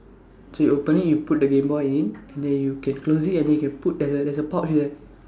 so you open it you put the game boy in and then you can close it and then you can put there there there's a pouch there